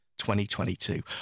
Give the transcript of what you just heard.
2022